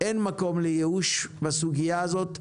אין מקום לייאוש בסוגיה הזאת.